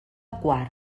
quart